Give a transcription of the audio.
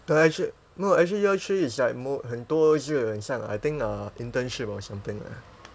uh actua~ no actually year three is like more 很多很像 I think uh internship or something ah